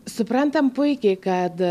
suprantam puikiai kad